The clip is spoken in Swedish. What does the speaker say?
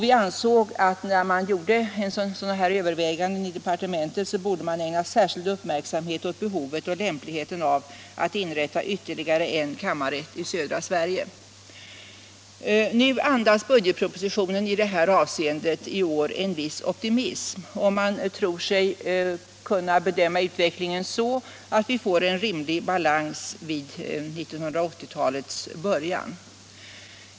i ansåg att man i samband med sådana överväganden i departementet borde ägna särskild uppmärksamhet åt behovet och lämpligheten av att inrätta ytterligare en kammarrätt i södra Sverige. Nu andas budgetpropositionen i år en viss optimism. Man tror sig kunna bedöma utvecklingen så att vi får en rimlig balans vid 1980-talets början.